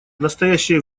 настоящее